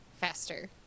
faster